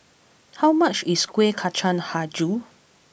How much is Kuih Kacang HiJau